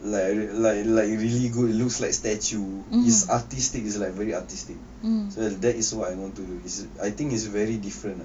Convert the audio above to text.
like like like really good looks like statue is artistic is like very artistic so that is what I want to do is I think is very different ah